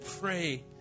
pray